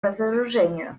разоружению